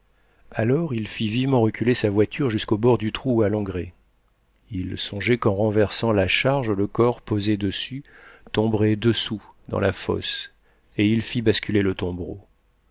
alors il fit vivement reculer sa voiture jusqu'au bord du trou à l'engrais il songeait qu'en renversant la charge le corps posé dessus tomberait dessous dans la fosse et il fit basculer le tombereau